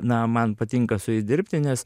na man patinka su jais dirbti nes